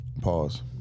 Pause